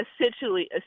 essentially